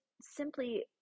simply